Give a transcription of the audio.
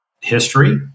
history